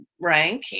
rank